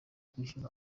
kwishyura